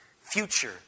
future